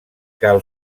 cal